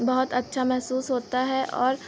बहुत अच्छा महसूस होता है और